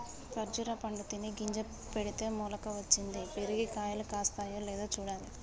ఖర్జురా పండు తిని గింజ పెడితే మొలక వచ్చింది, పెరిగి కాయలు కాస్తాయో లేదో చూడాలి